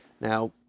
Now